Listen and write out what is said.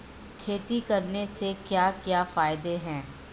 खेती करने से क्या क्या फायदे हैं?